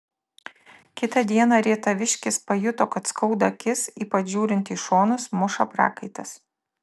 kitą dieną rietaviškis pajuto kad skauda akis ypač žiūrint į šonus muša prakaitas